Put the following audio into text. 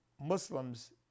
Muslims